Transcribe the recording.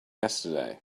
yesterday